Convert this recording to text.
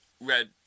Red